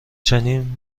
چنین